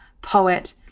poet